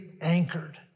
anchored